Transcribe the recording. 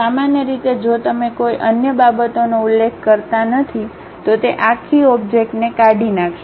સામાન્ય રીતે જો તમે કોઈ અન્ય બાબતોનો ઉલ્લેખ કરતા નથી તો તે આખી ઓબ્જેક્ટને કાઢી નાખશે